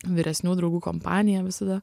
vyresnių draugų kompanija visada